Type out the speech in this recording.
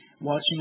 watching